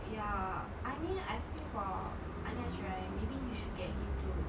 ya I mean I feel for Anas right maybe you should get him clothes